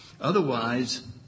otherwise